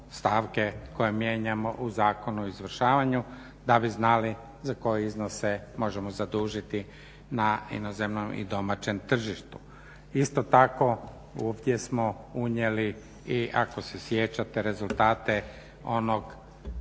koje mijenjamo u Zakonu o izvršavanju da bi znali za koje iznose možemo zadužiti …./. na inozemnom i domaćem tržištu. Isto tako ovdje smo unijeli i ako se sjećate rezultate onog